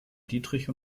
dietrich